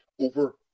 over